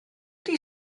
ydy